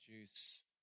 juice